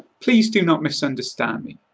please do not misunderstand me.